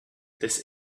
this